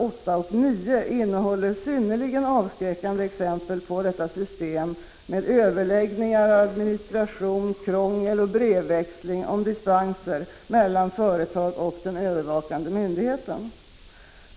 8 och 9 innehåller synnerligen avskräckande exempel på detta system med överläggningar, administration, krångel och brevväxling om dispenser mellan företagen och den övervakande myndigheten.